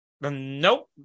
nope